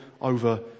over